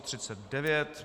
39.